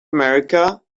america